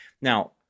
Now